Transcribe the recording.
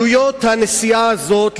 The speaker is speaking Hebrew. עלויות הנסיעה הזאת,